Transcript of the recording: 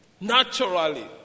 Naturally